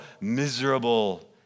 miserable